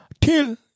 Till